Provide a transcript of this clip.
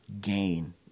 gain